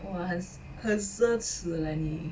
!wah! 很很奢侈 leh 你